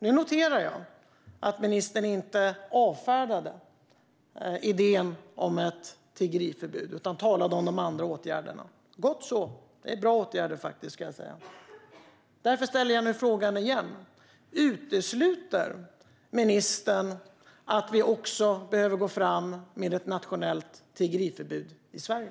Jag noterar att ministern inte avfärdade idén om ett tiggeriförbud utan talade om de andra åtgärderna. Gott så - det är faktiskt bra åtgärder. Därför ställer jag nu frågan igen: Utesluter ministern att vi också behöver gå fram med ett nationellt tiggeriförbud i Sverige?